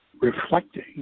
reflecting